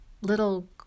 little